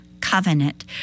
covenant